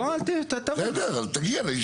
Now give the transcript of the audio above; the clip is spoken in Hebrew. לא, אל --- בסדר, אז תגיע לישיבות.